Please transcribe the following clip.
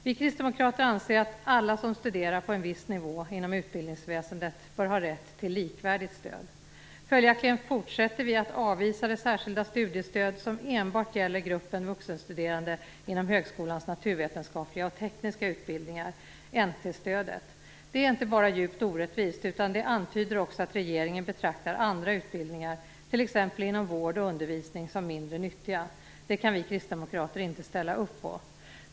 Vi kristdemokrater anser att alla som studerar på en viss nivå inom utbildningsväsendet bör ha rätt till likvärdigt stöd. Följaktligen fortsätter vi att avvisa det särskilda studiestöd som enbart gäller gruppen vuxenstuderande inom högskolans naturvetenskapliga och tekniska utbildningar, NT-stödet. Det är inte bara djupt orättvist - det antyder också att regeringen betraktar andra utbildningar, t.ex. inom vård och undervisning, som mindre nyttiga. Det kan vi kristdemokrater inte ställa upp på.